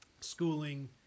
schooling